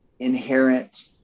Inherent